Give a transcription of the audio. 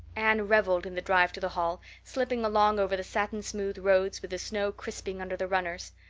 anne reveled in the drive to the hall, slipping along over the satin-smooth roads with the snow crisping under the runners.